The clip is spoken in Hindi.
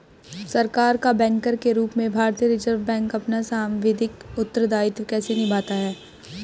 सरकार का बैंकर के रूप में भारतीय रिज़र्व बैंक अपना सांविधिक उत्तरदायित्व कैसे निभाता है?